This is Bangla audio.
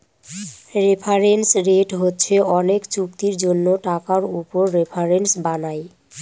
রেফারেন্স রেট হচ্ছে অনেক চুক্তির জন্য টাকার উপর রেফারেন্স বানায়